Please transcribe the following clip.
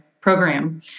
program